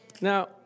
Now